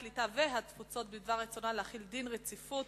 הקליטה והתפוצות על רצונה להחיל דין רציפות